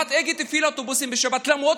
חברת אגד הפעילה אוטובוסים בשבת למרות